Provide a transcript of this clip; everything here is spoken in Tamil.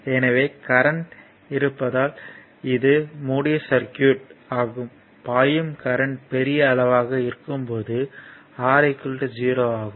எனவே கரண்ட் இருப்பதால் இது மூடிய சர்க்யூட் ஆகும் பாயும் கரண்ட் பெரிய அளவாக இருக்கும் போது R 0 ஆகும்